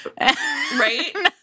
right